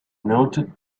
noted